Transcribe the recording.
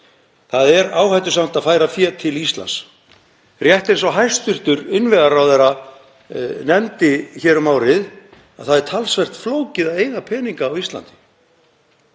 Það er áhættusamt að færa fé til Íslands. Og rétt eins og hæstv. innviðaráðherra nefndi hér um árið: Það er talsvert flókið að eiga peninga á Íslandi.